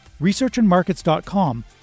ResearchAndMarkets.com